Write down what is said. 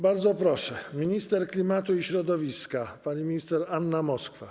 Bardzo proszę, minister klimatu i środowiska pani Anna Moskwa.